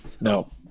No